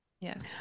Yes